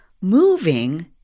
moving